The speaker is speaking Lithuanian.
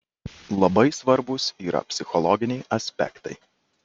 labai svarbūs yra psichologiniai aspektai